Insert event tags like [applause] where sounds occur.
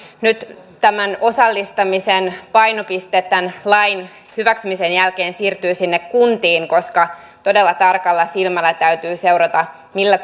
nyt tämän osallistamisen painopiste tämän lain hyväksymisen jälkeen siirtyy sinne kuntiin koska todella tarkalla silmällä täytyy seurata millä [unintelligible]